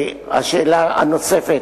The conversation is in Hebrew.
השאלה הנוספת.